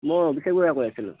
মই অভিষেক বৰাই কৈ আছিলোঁ